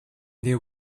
there